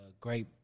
great